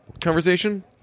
conversation